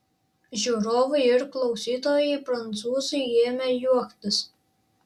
žiūrovai ir klausytojai prancūzai ėmė juoktis